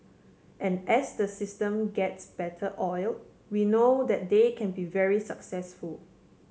and as the system gets better oil we know that they can be very successful